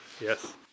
Yes